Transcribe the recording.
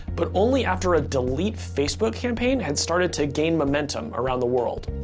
but only after a delete facebook campaign had started to gain momentum around the world.